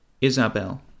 Isabel